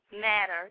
matter